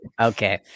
Okay